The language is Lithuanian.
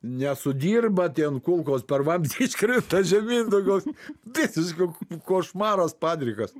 nesudirba ten kulkos per vamzdį iškrinta žemyn tokios visišku košmaras padrikas